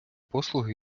послуги